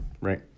right